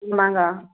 ஆமாங்கோ